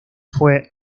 fue